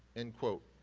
end quote.